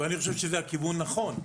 ואני חושב שזה כיוון נכון,